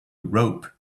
rope